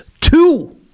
Two